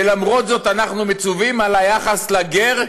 ולמרות זאת אנחנו מצווים על היחס לגר,